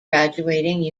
graduating